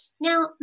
Now